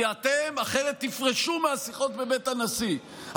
כי אחרת אתם תפרשו מהשיחות בבית הנשיא,